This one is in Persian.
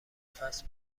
فصل